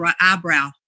eyebrow